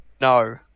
no